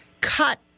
cut